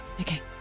Okay